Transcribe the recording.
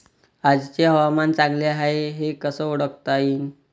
आजचे हवामान चांगले हाये हे कसे ओळखता येईन?